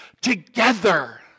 together